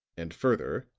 and further,